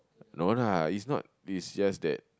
no lah it's not it's just that